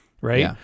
Right